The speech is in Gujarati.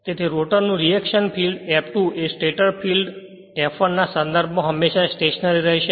તેથી રોટર નું રીએશન ફિલ્ડ F2 એ સ્ટેટર ફીલ્ડ F1 ના સંદર્ભમાં હમેશા સ્ટેશનરી રહેશે